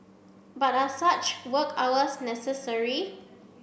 but are such work hours necessary